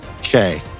Okay